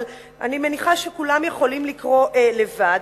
אבל אני מניחה שכולם יכולים לקרוא לבד,